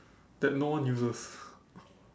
that no one uses